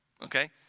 okay